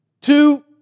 Two